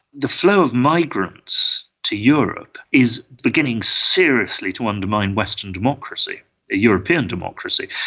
the flow of migrants to europe is beginning seriously to undermine western democracy, the european democracy,